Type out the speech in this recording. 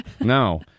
No